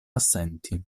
assenti